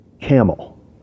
camel